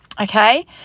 okay